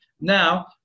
Now